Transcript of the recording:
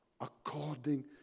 according